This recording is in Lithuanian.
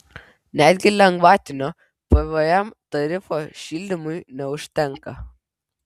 netgi lengvatinio pvm tarifo šildymui neužtenka